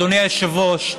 אדוני היושב-ראש,